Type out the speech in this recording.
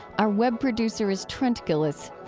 our web producer is trent gilliss.